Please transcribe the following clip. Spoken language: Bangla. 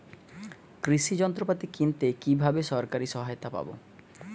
কৃষি যন্ত্রপাতি কিনতে কিভাবে সরকারী সহায়তা পাব?